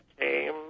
came